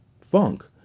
funk